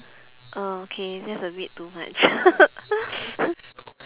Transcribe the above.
okay that's a bit too much